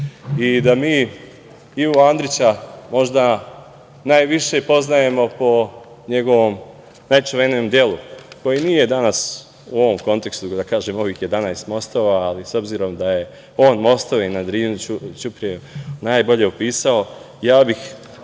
i da mi Ivu Andriću možda najviše poznajemo po njegovom najčuvenijem delu koje nije danas u ovom kontekstu, da kažem, ovih 11 mostova, ali obzirom da je on mostove na Drini ćuprije, najbolje opisao, ja bih